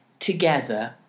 together